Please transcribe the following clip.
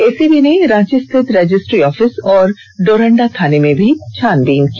ACB ने रांची स्थित registry office और डोरंडा थाने में भी छानबीन की